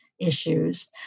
issues